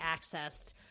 accessed